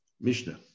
mishnah